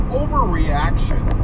overreaction